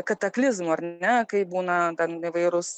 kataklizmų ar ne kai būna ten įvairūs